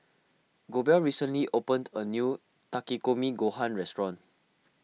Goebel recently opened a new Takikomi Gohan restaurant